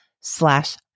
slash